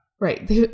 Right